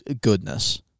goodness